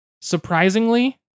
Surprisingly